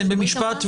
כן, במשפט.